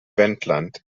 wendland